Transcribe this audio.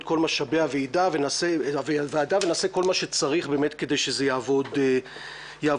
את כל משאבי הוועדה ונעשה את כל מה שצריך באמת כדי שזה יעבוד בסדר.